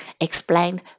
explained